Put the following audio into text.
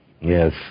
Yes